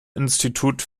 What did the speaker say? institut